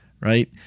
right